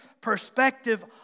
perspective